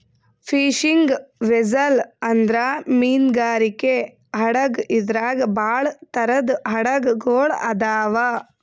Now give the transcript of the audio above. fishing vessel ಅಂದ್ರ ಮೀನ್ಗಾರಿಕೆ ಹಡಗ್ ಇದ್ರಾಗ್ ಭಾಳ್ ಥರದ್ ಹಡಗ್ ಗೊಳ್ ಅದಾವ್